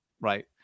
right